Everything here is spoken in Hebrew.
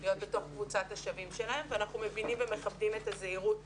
להיות בתוך קבוצת השבים שלהם ואנחנו מבינים ומכבדים את הזהירות